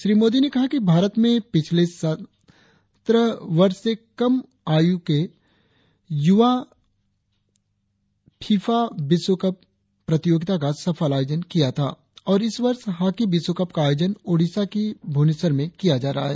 श्री मोदी ने कहा कि भारत में पिछले साल सत्रह वर्ष से कम आयु के युवा की फीफा विश्व कल प्रतियोगिता का सफल आयोजन किया था और इस वर्ष हॉकी विश्वकप का आयोजन ओड़िसा की भुवनेश्वर में किया जा रहा है